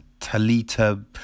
Talita